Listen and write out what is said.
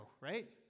right